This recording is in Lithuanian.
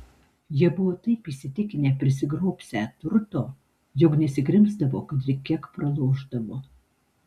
jie buvo taip įsitikinę prisigrobsią turto jog nesikrimsdavo kad ir kiek pralošdavo